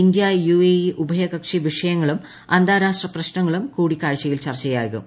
India UAE ഉഭയകക്ഷി വിഷയങ്ങളും അന്താരാഷ്ട്ര പ്രശ്നങ്ങളും കൂടികാഴ്ചയിൽ ചർച്ചയാകും